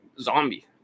Zombie